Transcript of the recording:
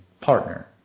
partner